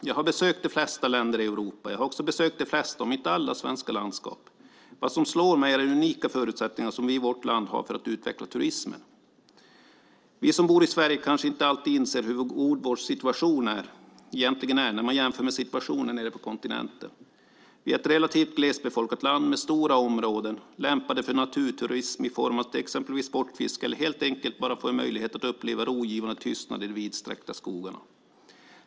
Jag har besökt de flesta länder i Europa. Jag har också besökt de flesta, om inte alla, svenska landskap. Vad som slår mig är de unika förutsättningar som vi i vårt land har att utveckla turismen. Vi som bor i Sverige kanske inte alltid inser hur god vår situation egentligen är när man jämför med situationen nere på kontinenten. Vi är ett relativt glesbefolkat land med stora områden lämpade för naturturism i form av exempelvis sportfiske. Eller det kan helt enkelt handla om att bara få en möjlighet att uppleva en rogivande tystnad i de vidsträckta skogarna.